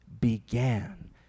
began